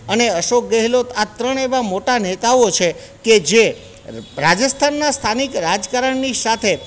અને અશોક ગેહલોત આ ત્રણ એવા મોટા નેતાઓ છે કે જે રાજસ્થાનના સ્થાનિક રાજકારણની સાથે